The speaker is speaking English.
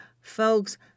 Folks